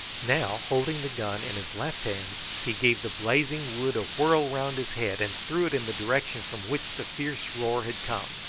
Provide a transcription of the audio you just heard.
now, holding the gun in his left hand, he gave the blazing wood a whirl round his head and threw it in the direction from which the fierce roar had come.